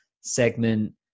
segment